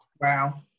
wow